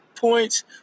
points